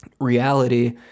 reality